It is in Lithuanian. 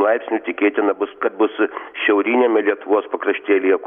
laipsnių tikėtina bus kad bus šiauriniame lietuvos pakraštėlyje